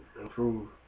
improve